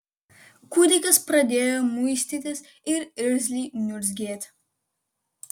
kūdikis pradėjo muistytis ir irzliai niurzgėti